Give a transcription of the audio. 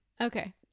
Okay